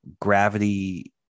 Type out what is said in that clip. gravity